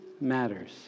matters